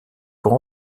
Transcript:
pour